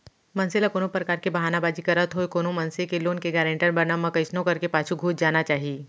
मनसे ल कोनो परकार के बहाना बाजी करत होय कोनो मनसे के लोन के गारेंटर बनब म कइसनो करके पाछू घुंच जाना चाही